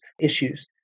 issues